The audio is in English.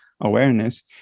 awareness